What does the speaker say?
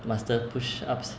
master push ups